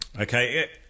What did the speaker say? okay